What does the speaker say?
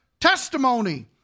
testimony